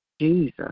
Jesus